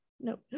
No